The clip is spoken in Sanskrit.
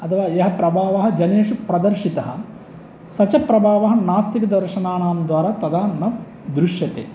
अथवा यः प्रभावः जनेषु प्रदर्शितः स च प्रभावः नास्तिकदर्शनाणां द्वारा तदा न दृश्यते